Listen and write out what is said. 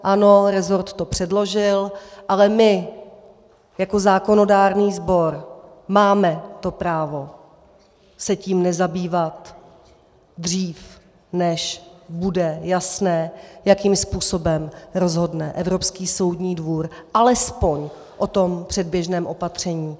Ano, jeho resort to předložil, ale my jako zákonodárný sbor máme právo se tím nezabývat dřív, než bude jasné, jakým způsobem rozhodne Evropský soudní dvůr alespoň o tom předběžném opatření.